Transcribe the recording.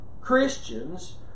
Christians